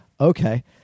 Okay